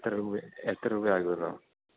എത്ര രൂപ എത്ര രൂപയാകുമെന്നോ